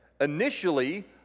initially